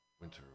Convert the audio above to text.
Winter